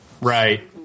Right